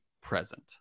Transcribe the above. present